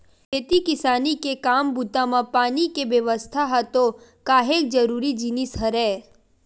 खेती किसानी के काम बूता म पानी के बेवस्था ह तो काहेक जरुरी जिनिस हरय